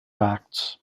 facts